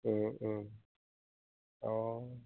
অঁ